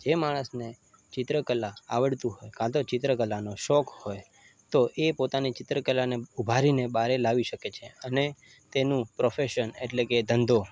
જે માણસને ચિત્રકલા આવડતું હોય કાં તો ચિત્રકલાનો શોખ હોય તો એ પોતાની ચિત્રકલાને ઊભારીને બહાર લાવી શકે છે અને તેનું પ્રોફેશન એટલે કે ધંધો